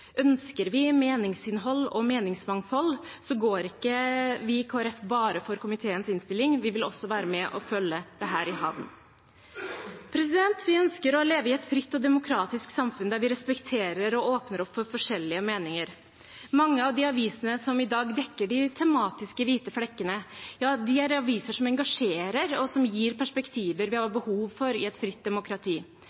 Ønsker vi meningsinnhold og meningsmangfold, går ikke vi i Kristelig Folkeparti bare for komiteens innstilling, vi vil også være med og følge dette i havn. Vi ønsker å leve i et fritt og demokratisk samfunn, der vi respekterer og åpner opp for forskjellige meninger. Mange av de avisene som i dag dekker de tematiske hvite flekkene, er aviser som engasjerer, og som gir perspektiver vi har